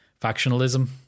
factionalism